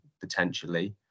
potentially